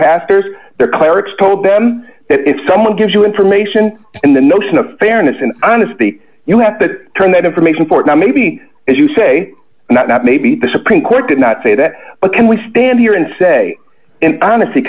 pastors their clerics told them that if someone gives you information in the notion of fairness and honesty you have to turn that information for now maybe as you say not not maybe the supreme court did not say that but can we stand here and say and honest